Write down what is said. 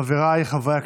חבריי חברי הכנסת,